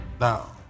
Now